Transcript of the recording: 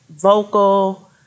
vocal